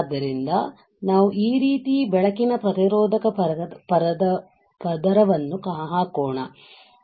ಆದ್ದರಿಂದ ನಾವು ಈ ರೀತಿ ಬೆಳಕಿನ ಪ್ರತಿರೋಧಕ ಪದರವನ್ನು ಹಾಕೋಣ